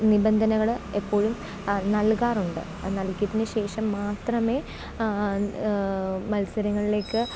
നിബന്ധനകൾ എപ്പോഴും നല്കാറുണ്ട് നല്കിയതിന് ശേഷം മാത്രമേ മത്സരങ്ങളിലേക്ക്